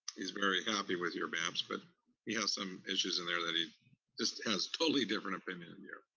he's very happy with your maps, but he has some issues in there that he just has totally different opinion there.